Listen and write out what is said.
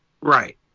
Right